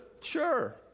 Sure